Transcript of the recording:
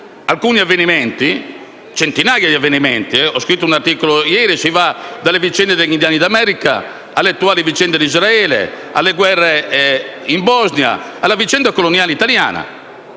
alcuni avvenimenti. In realtà, sono centinaia di avvenimenti. Ho scritto ieri un articolo: si va dalla vicenda degli indiani d'America, alle attuali vicende di Israele, alle guerre in Bosnia, alla vicenda coloniale italiana.